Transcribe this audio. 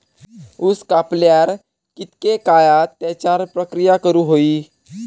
ऊस कापल्यार कितके काळात त्याच्यार प्रक्रिया करू होई?